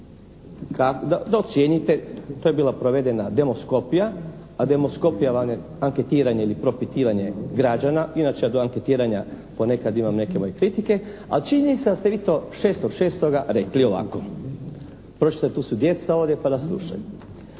Da ocijenite, to je bila provedena demoskopija, a demoskopija vam je anketiranje ili propitivanje građana. Inače ja do anketiranja ponekad imam neke moje kritike, ali činjenica da ste vi to 6.6. rekli ovako, pročitat ću, tu su djeca ovdje pa da slušaju.